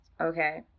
okay